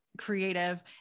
Creative